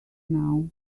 now